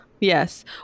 Yes